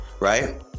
right